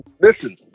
Listen